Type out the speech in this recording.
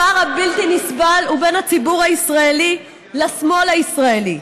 הפער הבלתי-נסבל הוא בין הציבור הישראלי לשמאל הישראלי,